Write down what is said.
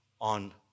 on